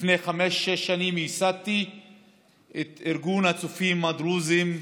לפני חמש-שש שנים ייסדתי את ארגון הצופים הדרוזים,